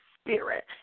spirit